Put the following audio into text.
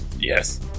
Yes